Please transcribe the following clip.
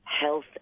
health